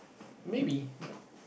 maybe but